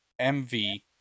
MV